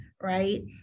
right